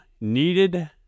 needed